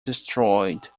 destroyed